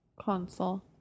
Console